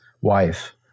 wife